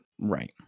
Right